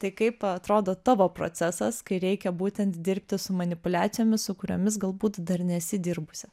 tai kaip atrodo tavo procesas kai reikia būtent dirbti su manipuliacijomis su kuriomis galbūt dar nesi dirbusi